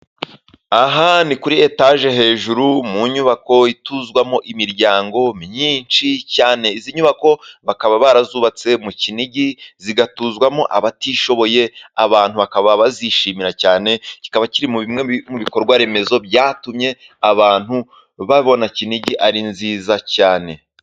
Aha ni kuri etaje hejuru mu nyubako ituzwamo imiryango myinshi cyane. Izi nyubako bakaba barazubatse mu Kinigi zigatuzwamo abatishoboye. Abantu bakaba bazishimira cyane kikaba kiririmo bimwe mu bikorwaremezo byatumye abantu babona Kinigi ari nziza cyane.